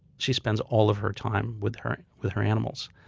she spends all of her time with her with her animals.